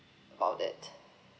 about it